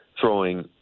throwing